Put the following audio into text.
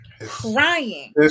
crying